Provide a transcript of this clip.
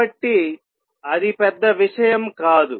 కాబట్టి అది పెద్ద విషయం కాదు